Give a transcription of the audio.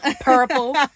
purple